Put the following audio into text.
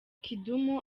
kidum